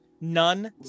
None